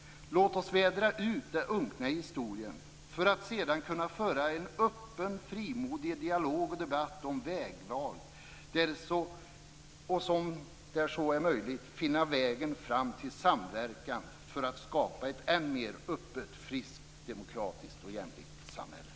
Låt oss vädra ut den unkna historien, för att sedan kunna föra en öppen, frimodig dialog och debatt om vägval och om så är möjligt finna vägen fram till samverkan för att skapa ett än mer öppet, friskt, demokratiskt och jämlikt samhälle.